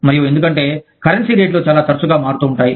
మరియు ఎందుకంటే కరెన్సీ రేట్లు చాలా తరచుగా మారుతూ ఉంటాయి